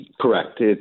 Correct